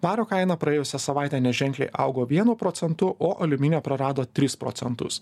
vario kaina praėjusią savaitę neženkliai augo vienu procentu o aliuminio prarado tris procentus